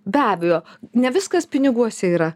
be abejo ne viskas piniguose yra